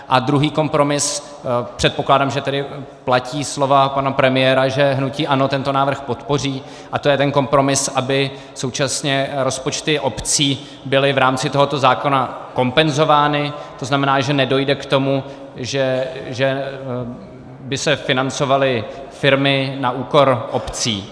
A druhý kompromis předpokládám, že tedy platí slova pana premiéra, že hnutí ANO tento návrh podpoří to je ten kompromis, aby současně rozpočty obcí byly v rámci tohoto zákona kompenzovány, to znamená, že nedojde k tomu, že by se financovaly firmy na úkor obcí.